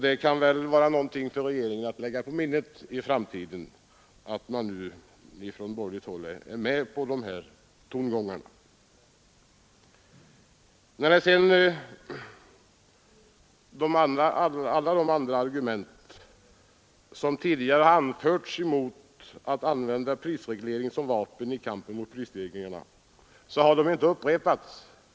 Det kan vara någonting för regeringen att lägga på minnet för framtiden att man nu från borgerligt håll är med på dessa tongångar. De argument som tidigare har anförts mot att använda prisreglering som ett vapen i kampen mot prisstegringarna har nu inte upprepats.